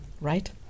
right